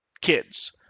kids